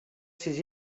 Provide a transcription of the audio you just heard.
ses